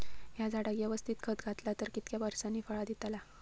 हया झाडाक यवस्तित खत घातला तर कितक्या वरसांनी फळा दीताला?